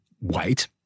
wait